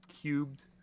cubed